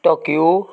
Tokyo